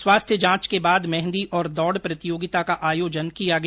स्वास्थ्य जांच के बाद मेंहदी और दौड़ प्रतियोगिता का आयोजन किया गया